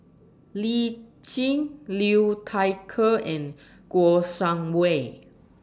Lee Tjin Liu Thai Ker and Kouo Shang Wei